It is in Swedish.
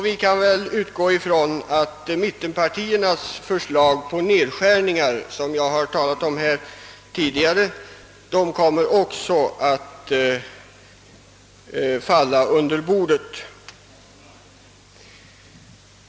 Vi kan utgå från att mittenpartiernas förslag om nedskärningar, som jag tidigare har nämnt, också kommer att falla under bordet.